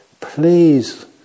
Please